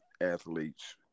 athletes